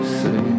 say